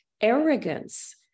arrogance